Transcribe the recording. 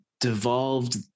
devolved